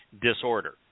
disorder